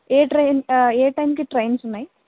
ఏ train ఏ టైమ్కి trains ఉన్నాయి